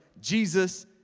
Jesus